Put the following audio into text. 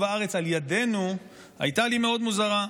הארץ על ידינו הייתה לי מאוד מוזרה.